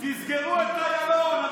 להפסיד בכבוד.